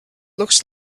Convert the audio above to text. looks